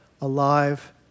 alive